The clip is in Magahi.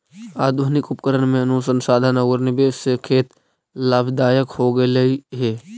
आधुनिक उपकरण में अनुसंधान औउर निवेश से खेत लाभदायक हो गेलई हे